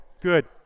good